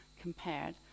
compared